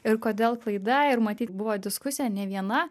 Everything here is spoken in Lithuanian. ir kodėl klaida ir matyt buvo diskusija ne viena